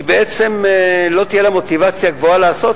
בעצם לא תהיה לה מוטיבציה גבוהה לעשות זאת,